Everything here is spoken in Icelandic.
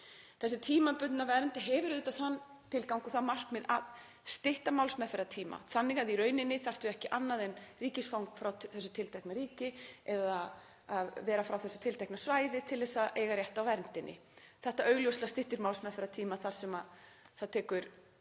Þessi tímabundna vernd hefur auðvitað þann tilgang og markmið að stytta málsmeðferðartíma þannig að þú þurfir í rauninni ekki annað en ríkisfang frá þessu tiltekna svæði eða að vera frá þessu tiltekna svæði til að eiga rétt á verndinni. Þetta styttir augljóslega málsmeðferðartíma þar sem það tekur